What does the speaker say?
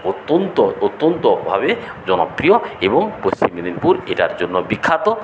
অত্যন্ত অত্যন্তভাবে জনপ্রিয় এবং পশ্চিম মেদিনীপুর এটার জন্য বিখ্যাত